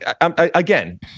Again